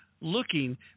looking